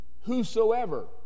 whosoever